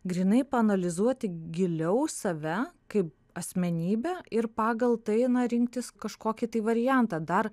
grynai paanalizuoti giliau save kaip asmenybę ir pagal tai na rinktis kažkokį tai variantą dar